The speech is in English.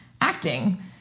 acting